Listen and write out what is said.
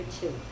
two